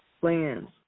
plans